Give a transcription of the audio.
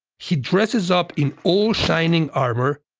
he dresses up in old shining armor,